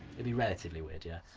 it'd be relatively weird, yeah.